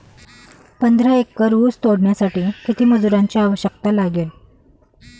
पंधरा एकर ऊस तोडण्यासाठी किती मजुरांची आवश्यकता लागेल?